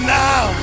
now